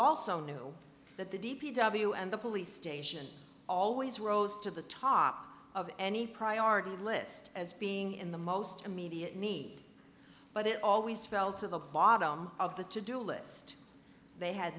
also knew that the d p w and the police station always rose to the top of any priority list as being in the most immediate need but it always fell to the bottom of the to do list they had